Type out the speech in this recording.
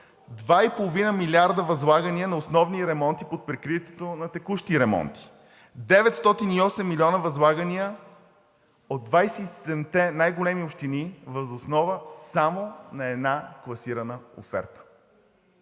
2,5 милиарда възлагания на основни ремонти под прикритието на текущи ремонти; 908 милиона възлагания от 27-те най-големи общини въз основа само на една класирана оферта.